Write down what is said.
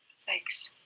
thanks.